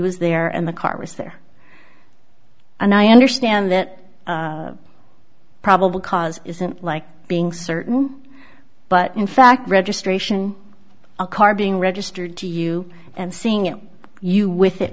was there and the car was there and i understand that probable cause isn't like being certain but in fact registration a car being registered to you and seeing you with it